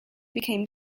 became